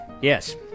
Yes